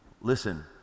listen